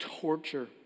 torture